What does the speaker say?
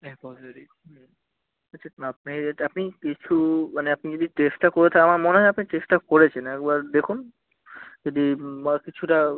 এ positive হুম আচ্ছা আপনি যে আপনি কিছু মানে আপনি যদি টেস্টটা করে রাখেন আমার মনে হয় আপনি টেস্টটা করেছেন একবার দেখুন যদি বা কিছুটা